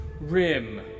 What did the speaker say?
Rim